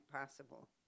possible